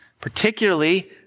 particularly